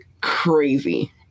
crazy